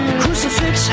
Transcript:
crucifix